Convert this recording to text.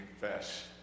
confess